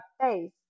face